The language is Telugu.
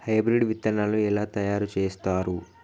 హైబ్రిడ్ విత్తనాలను ఎలా తయారు చేస్తారు?